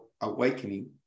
Awakening